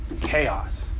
Chaos